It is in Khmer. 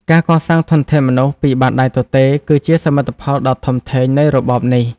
ការកសាងធនធានមនុស្សពីបាតដៃទទេ គឺជាសមិទ្ធផលដ៏ធំធេងនៃរបបនេះ។